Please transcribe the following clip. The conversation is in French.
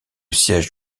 siège